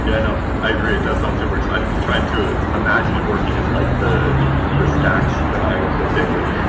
yeah i know. i agree. it does sound super exciting. just trying to imagine it working in like the the stacks that i work with daily,